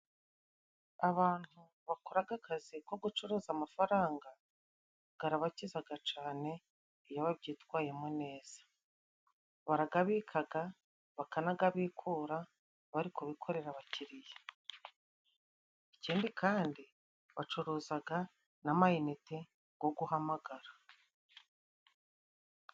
Abantu bakoraga akazi ko gucuruza amafaranga garabakizaga cane, iyo babyitwayemo neza. Baragabikaga, bakanagabikura, bari kubikorera abakiriya, ikindi kandi bacuruzaga n'amayinite go guhamagara.